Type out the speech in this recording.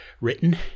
written